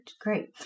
great